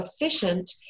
efficient